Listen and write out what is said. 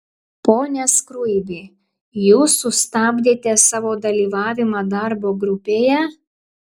pone skruibi jūs sustabdėte savo dalyvavimą darbo grupėje